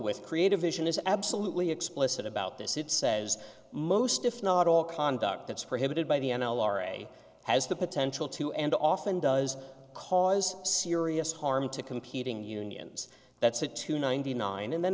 with creative vision is absolutely explicit about this it says most if not all conduct that's for hit by the n l r a has the potential to and often does cause serious harm to competing unions that said to ninety nine and then